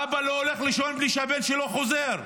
אבא לא הולך לישון בלי שהבן שלו חוזר,